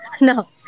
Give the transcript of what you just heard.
No